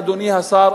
אדוני השר,